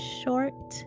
short